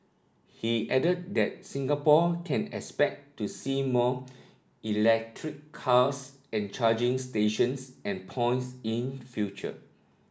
he added that Singapore can expect to see more electric cars and charging stations and points in future